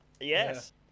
Yes